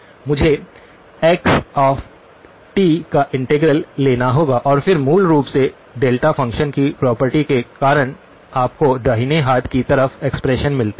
मुझे x of t का integral लेना होगा और फिर मूल रूप से डेल्टा फ़ंक्शन की प्रॉपर्टी के कारण आपको दाहिने हाथ की तरफ एक्सप्रेशन मिलती है